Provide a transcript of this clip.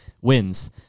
wins